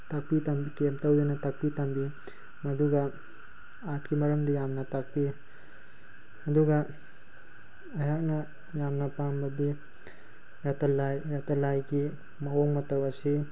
ꯇꯥꯛꯄꯤ ꯇꯝꯕꯤ ꯀꯦꯝ ꯇꯧꯗꯨꯅ ꯇꯥꯛꯄꯤ ꯇꯝꯕꯤ ꯃꯗꯨꯒ ꯑꯥꯔꯠꯀꯤ ꯃꯔꯝꯗ ꯌꯥꯝꯅ ꯇꯥꯛꯄꯤ ꯑꯗꯨꯒ ꯑꯩꯍꯥꯛꯅ ꯌꯥꯝꯅ ꯄꯥꯝꯕꯗꯤ ꯔꯇꯟꯂꯥꯏ ꯔꯇꯟꯂꯥꯏꯒꯤ ꯃꯑꯣꯡ ꯃꯇꯧ ꯑꯁꯤ